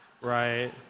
right